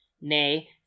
Nay